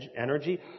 energy